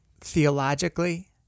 theologically